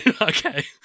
Okay